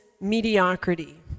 mediocrity